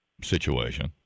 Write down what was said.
situation